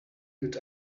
good